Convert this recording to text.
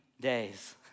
days